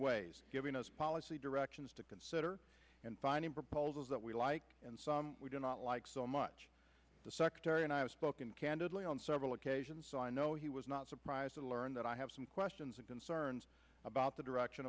ways giving us policy directions to consider and finding proposals that we like and some we do not like so much the secretary and i have spoken candidly on several occasions so i know he was not surprised to learn that i have some questions and concerns about the direction